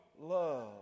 love